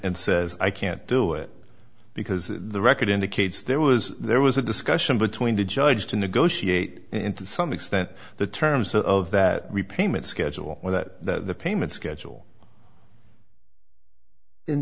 and says i can't do it because the record indicates there was there was a discussion between the judge to negotiate and to some extent the terms of that repayment schedule or that the payment schedule in